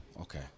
okay